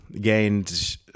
Gained